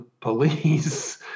police